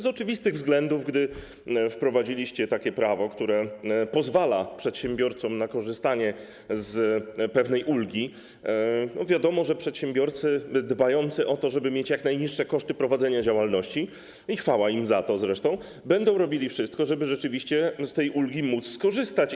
Z oczywistych względów, gdy wprowadziliście takie prawo, które pozwala przedsiębiorcom na korzystanie z pewnej ulgi, wiadomo było, że przedsiębiorcy dbający o to, żeby mieć jak najniższe koszty prowadzenia działalności - zresztą chwała im za to - będą robili wszystko, żeby z tej ulgi móc skorzystać.